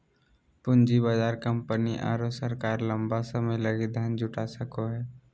पूँजी बाजार कंपनी आरो सरकार लंबा समय लगी धन जुटा सको हइ